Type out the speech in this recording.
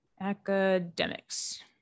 Academics